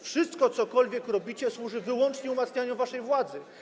Wszystko, cokolwiek robicie, służy wyłącznie umacnianiu waszej władzy.